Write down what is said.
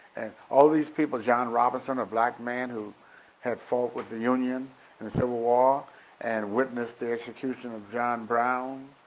and all these people, john robinson, a black man who had fought with the union in and the civil war and witnessed the execution of john brown,